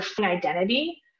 identity